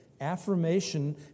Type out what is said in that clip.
affirmation